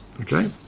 Okay